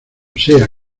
sea